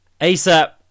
ASAP